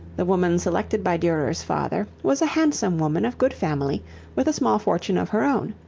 the woman selected by durer's father, was a handsome woman of good family with a small fortune of her own.